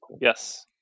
Yes